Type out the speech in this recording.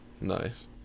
Nice